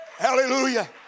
hallelujah